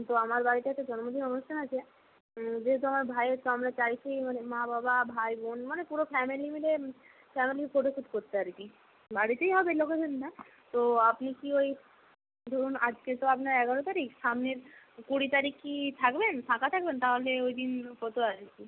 তো আমার বাড়িতে একটা জন্মদিনের অনুষ্ঠান আছে যেহেতু আমার ভাইয়ের তো আমরা চাইছি মানে মা বাবা ভাই বোন মানে পুরো ফ্যামিলি মিলে ফ্যামিলির ফটো শ্যুট করতে আর কি বাড়িতেই হবে লোকেশানটা তো আপনি কি ওই ধরুন আজকে তো আপনার এগারো তারিখ সামনের কুড়ি তারিখ কি থাকবেন ফাঁকা থাকবেন তাহলে ওই দিন হতো আর কি